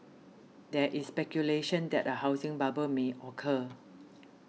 there is speculation that a housing bubble may occur